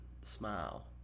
smile